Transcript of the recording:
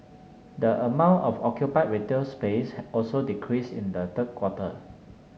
the amount of occupied retail space also decreased in the third quarter